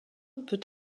peut